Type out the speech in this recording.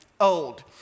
old